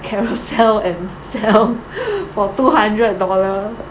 Carousell and sell for two hundred dollar